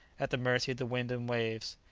at the mercy of the wind and waves.